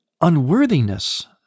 unworthiness